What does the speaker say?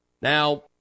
Now